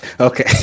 okay